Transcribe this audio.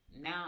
Now